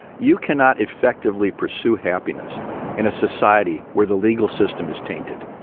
you cannot effectively pursue happiness in a society where the legal system is tainted,